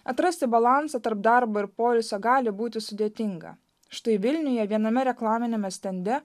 atrasti balansą tarp darbo ir poilsio gali būti sudėtinga štai vilniuje viename reklaminiame stende